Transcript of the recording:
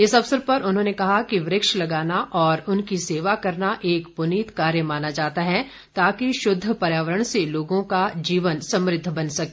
इस अवसर पर उन्होंने कहा कि वृक्ष लगाना और उनकी सेवा करना एक पुनीत कार्य माना जाता है ताकि शुद्ध पर्यावरण से लोगों का जीवन समृद्ध बन सके